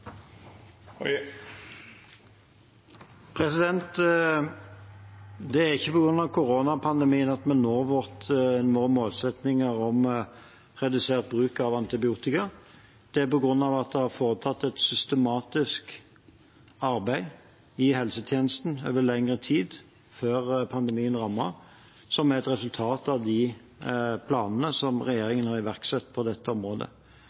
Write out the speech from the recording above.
Det er ikke på grunn av koronapandemien at vi når målsettinger om redusert bruk av antibiotika. Det er på grunn av at det er foretatt et systematisk arbeid i helsetjenesten over lengre tid, før pandemien rammet, som er et resultat av de planene som regjeringen har iverksatt på dette området.